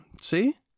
See